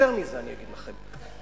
יותר מזה אגיד לכם,